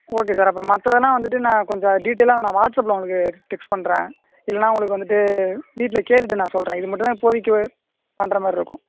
okay sir அப்புறம் மற்ற இதெல்லாம் வந்துவிட்டு நான் கொஞ்சம் டீட்டெய்லாக நான் வாட்ஸப்பில் உங்களுக்கு டெக்ஸ்ட் பண்ணுறேன் இல்லைனா உங்களுக்கு வந்துவிட்டு வீட்டில் கேட்டுவிட்டு நான் சொல்கிறேன் இது மட்டும் தான் இப்போதைக்கு பண்ணுற மாதிரி இருக்கும்